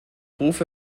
rufe